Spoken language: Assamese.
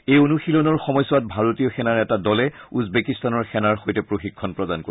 এই অনুশীলনৰ সময়ছোৱাত ভাৰতীয় সেনাৰ এটা দলে উজবেকিস্তানৰ সেনাৰ সৈতে প্ৰশিক্ষণ প্ৰদান কৰিব